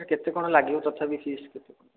କେତେ କ'ଣ ଲାଗିବ ତଥାପି ଫିଜ୍ କେତେ କ'ଣ